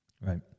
Right